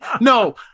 No